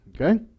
Okay